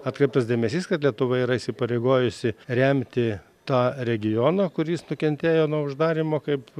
atkreiptas dėmesys kad lietuva yra įsipareigojusi remti tą regioną kuris nukentėjo nuo uždarymo kaip